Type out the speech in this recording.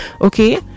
Okay